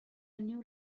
news